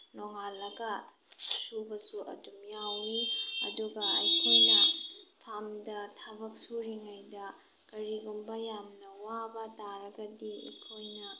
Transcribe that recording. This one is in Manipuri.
ꯅꯣꯡꯉꯥꯜꯂꯒ ꯁꯨꯕꯁꯨ ꯑꯗꯨꯝ ꯌꯥꯎꯏ ꯑꯗꯨꯒ ꯑꯩꯈꯣꯏꯅ ꯐꯥꯝꯗ ꯊꯕꯛ ꯁꯨꯔꯤꯉꯩꯗ ꯀꯔꯤꯒꯨꯝꯕ ꯌꯥꯝꯅ ꯋꯥꯕ ꯇꯥꯔꯒꯗꯤ ꯑꯩꯈꯣꯏꯅ